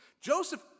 Joseph